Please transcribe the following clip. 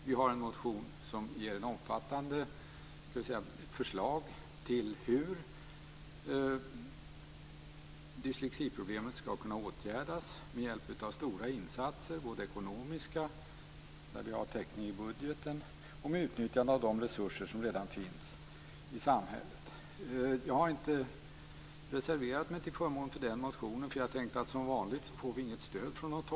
Vi har en motion som ger omfattande förslag till hur dyslexiproblemet skall kunna åtgärdas med hjälp av stora insatser. Det gäller dels ekonomiska insatser, som vi har täckning för i budgeten, dels utnyttjande av de resurser som redan finns i samhället. Jag har inte reserverat mig till förmån för den här motionen eftersom jag tänkte att vi som vanligt inte kommer att få stöd från något håll.